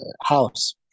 House